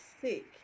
sick